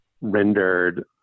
rendered